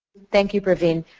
thank you praveen.